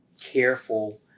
careful